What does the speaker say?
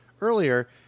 earlier